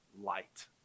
light